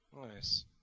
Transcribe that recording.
Nice